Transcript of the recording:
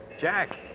Jack